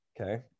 Okay